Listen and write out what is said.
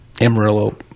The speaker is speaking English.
Amarillo